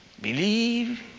Believe